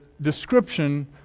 description